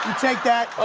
take that.